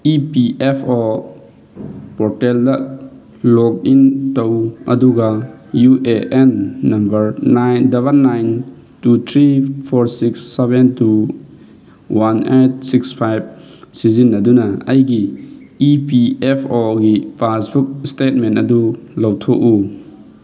E P F O ꯄꯣꯔꯇꯦꯜꯗ log in ꯇꯧ ꯑꯗꯨꯒ U A N number nine double nine two three four six seven two one eight six five ꯁꯤꯖꯤꯟꯅꯗꯨꯅ ꯑꯩꯒꯤ E P F ꯑꯣꯒꯤ passbook statement ꯑꯗꯨ ꯂꯧꯊꯣꯛꯎ